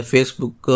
Facebook